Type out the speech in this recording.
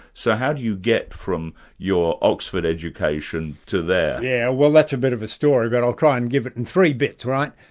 so how do you get from your oxford education to there? yes, yeah well that's a bit of a story, but i'll try and give it in three bits, right?